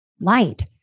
light